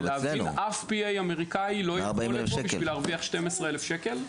אף P.A אמריקני לא יבוא לפה כדי להרוויח 12 אלף שקל.